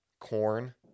corn